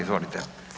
Izvolite.